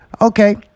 Okay